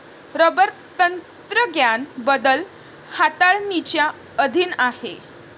rubber तंत्रज्ञान बदल हाताळणीच्या अधीन आहे